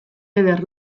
eder